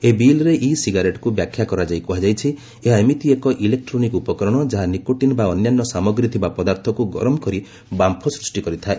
ଏହି ବିଲ୍ରେ ଇ ସିଗାରେଟ୍କୁ ବ୍ୟାଖ୍ୟା କରାଯାଇ କୁହାଯାଇଛି ଏହା ଏମିତି ଏକ ଇଲେକ୍ଟ୍ରୋନିକ ଉପକରଣ ଯାହା ନିକୋଟିନ୍ ବା ଅନ୍ୟାନ୍ୟ ସାମଗ୍ରୀ ଥିବା ପଦାର୍ଥକ୍ତ ଗରମ କରି ବାମ୍ଫ ସୃଷ୍ଟି କରିଥାଏ